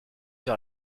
sur